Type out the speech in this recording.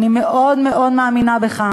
אני מאוד מאוד מאמינה בך,